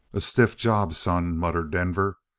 a stiff job, son, muttered denver.